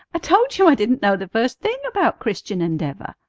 i told you i didn't know the first thing about christian endeavor.